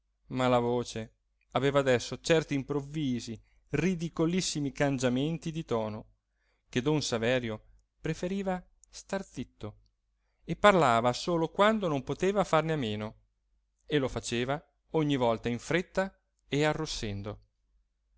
ma la voce aveva adesso certi improvvisi ridicolissimi cangiamenti di tono che don saverio preferiva star zitto e parlava solo quando non poteva farne a meno e lo faceva ogni volta in fretta e arrossendo